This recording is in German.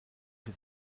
für